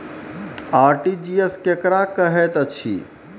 RTGS केकरा कहैत अछि?